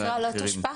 והתקרה לא תושפע?